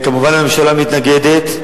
מובן שהממשלה מתנגדת,